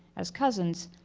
as cousins.